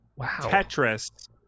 Tetris